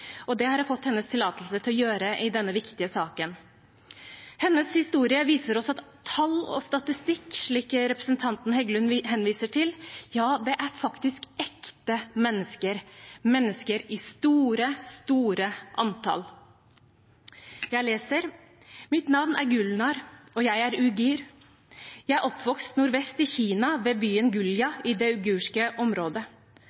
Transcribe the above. og det har jeg fått hennes tillatelse til å gjøre i denne viktige saken. Hennes historie viser oss at tall og statistikk, slik representanten Heggelund henviser til, faktisk er ekte mennesker – mennesker i store, store antall. Jeg leser: «Mitt navn er Gulnar, og jeg er uigur. Jeg er oppvokst nordvest i Kina, ved byen